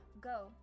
go